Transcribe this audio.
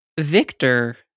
Victor